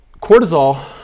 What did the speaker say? cortisol